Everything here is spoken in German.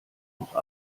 noch